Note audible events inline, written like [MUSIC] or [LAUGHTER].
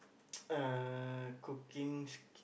[NOISE] uh cooking sk~